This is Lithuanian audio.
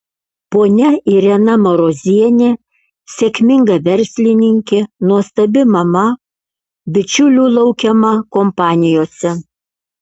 ponia irena marozienė sėkminga verslininkė nuostabi mama bičiulių laukiama kompanijose